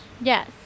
Yes